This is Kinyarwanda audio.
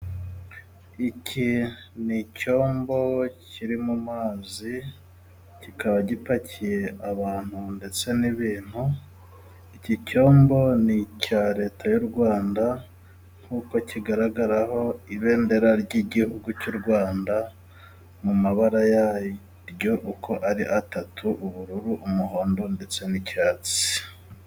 Iki ni icyombo kiri mu mazi kikaba gipakiye abantu ndetse n'ibintu. Iki cyombo ni icya Leta y'u Rwanda nkuko kigaragaraho ibendera ry'igihugu cy'u Rwanda mu mabara yaryo uko ari atatu ubururu, umuhondo ndetse n'icyatsi.